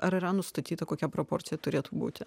ar yra nustatyta kokia proporcija turėtų būti